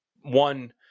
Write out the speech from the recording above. one